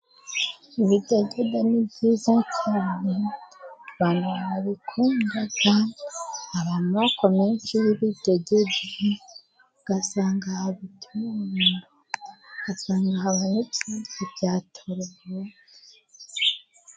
Ibidegede ni byiza cyane, abantu barabikunda, usanga hari amoko menshi y'ibidegede, ugasanga haba timudo asanga habalex ibya torobo